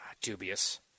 dubious –